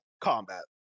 combat